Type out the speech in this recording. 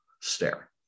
stare